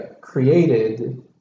created